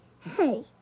hey